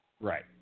Right